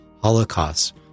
holocaust